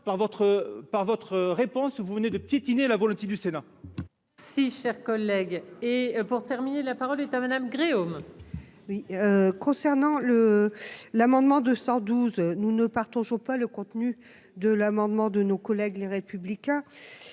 par votre réponse, vous venez de piétiner la volonté du Sénat. Si cher collègue et pour terminer, la parole est à madame Gréaume. Oui, concernant le l'amendement 212 nous ne partons le contenu de l'amendement de nos collègues Les Républicains